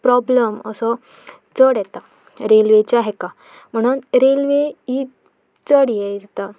problem असो चड येता रेल्वेच्या हाका म्हणून रेल्वे ही चड हें जाता